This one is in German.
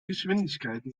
geschwindigkeiten